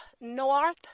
north